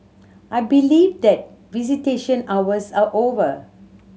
I believe that visitation hours are over